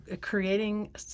creating